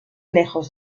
lejos